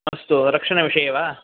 अस्तु रक्षणविषये वा